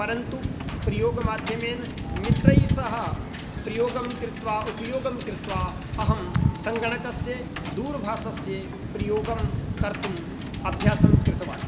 परन्तु प्रयोगमाध्यमेन मित्रैः सह प्रयोगं कृत्वा उपयोगं कृत्वा अहं सङ्गणकस्य दूरभाषस्य प्रयोगं कर्तुम् अभ्यासं कृतवान्